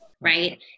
right